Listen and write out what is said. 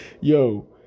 Yo